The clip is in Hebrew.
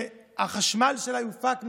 שהחשמל שלה יופק מהשמש,